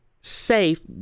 safe